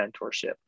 mentorship